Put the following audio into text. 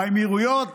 האמירויות,